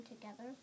together